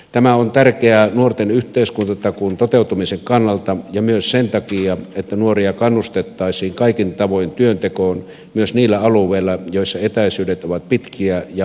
tämä on tärkeää nuorten yhteiskuntatakuun toteutumisen kannalta ja myös sen takia että nuoria kannustettaisiin kaikin tavoin työntekoon myös niillä alueilla missä etäisyydet ovat pitkiä ja matkakustannukset korkeita